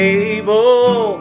able